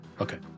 Okay